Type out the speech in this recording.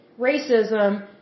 racism